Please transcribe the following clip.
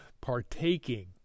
partaking